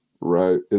right